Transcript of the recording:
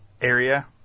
area